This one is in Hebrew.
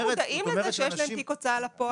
אנשים מודעים לזה שיש להם תיק הוצאה לפועל.